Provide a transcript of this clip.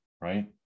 Right